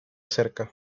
cerca